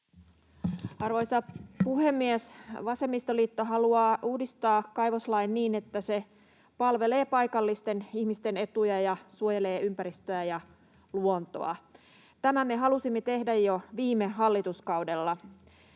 Arvoisa puhemies! Vasemmistoliitto haluaa uudistaa kaivoslain niin, että se palvelee paikallisten ihmisten etuja ja suojelee ympäristöä ja luontoa. Tämän me halusimme tehdä jo viime hallituskaudella.